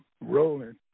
rolling